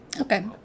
Okay